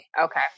Okay